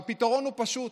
והפתרון הוא פשוט,